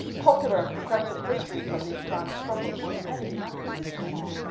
popular and progressive histories of these grand struggles where many lessons are,